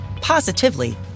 positively